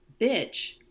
bitch